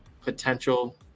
potential